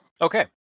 Okay